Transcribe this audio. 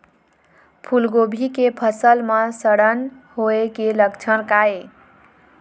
फूलगोभी के फसल म सड़न होय के लक्षण का ये?